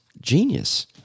genius